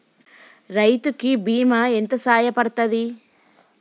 రైతు కి బీమా ఎంత సాయపడ్తది?